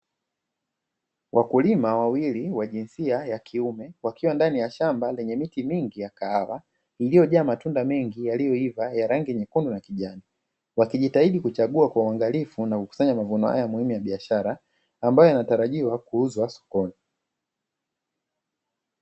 Wakulima wawili wa jinsia ya kiume wakiwa ndani ya shamba lenye miti mingi ya kahawa iliyojaa matunda mengi yaliyoiva ya rangi nyekundu na kijani. Wakijitahidi kuchagua kwa uangalifu na kukusanya mavuno haya muhimu ya biashara ambayo yanatarajiwa kuuzwa sokoni.